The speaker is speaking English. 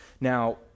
Now